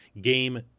game